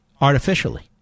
artificially